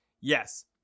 Yes